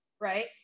right